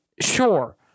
Sure